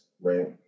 right